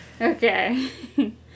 Okay